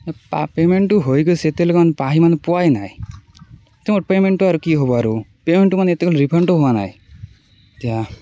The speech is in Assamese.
এতিয়া পা পেমেণ্টটো হৈ গৈছে এতিয়ালৈকে মানে আহি মানে পোৱাই নাই তো পেমেণ্টটো আৰু কি হ'ব আৰু পেমেণ্টটো মানে এতিয়ালৈকে ৰিফাণ্ডো হোৱা নাই এতিয়া